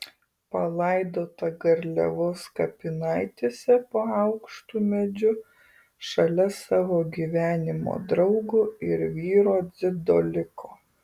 palaidota garliavos kapinaitėse po aukštu medžiu šalia savo gyvenimo draugo ir vyro dzidoliko